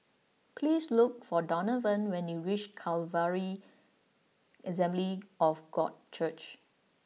please look for Donavon when you reach Calvary Assembly of God Church